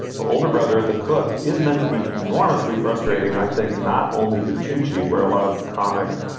the older brother, the cook, is meant to be enormously frustrating. i think not only did to gee where a lot of the comic,